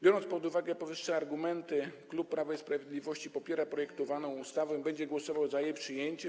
Biorąc pod uwagę powyższe argumenty, klub Prawa i Sprawiedliwości popiera projektowaną ustawę i będzie głosował za jej przyjęciem.